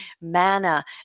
manna